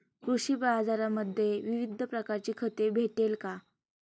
कृषी बाजारांमध्ये विविध प्रकारची खते भेटेल का?